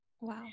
Wow